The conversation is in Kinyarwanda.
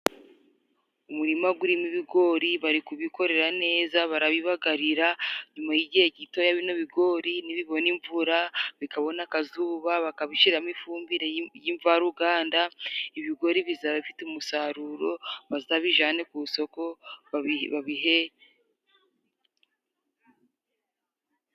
Umurima urimo ibigori, bari kubikorera neza. Barabibagarira nyuma y'igihe gito, bino bigori nibibona imvura, bikabona akazuba, bakabishyiramo ifumbire y'imvaruganda, ibigori bizaba bifite umusaruro bazabijyanye ku isoko babihe...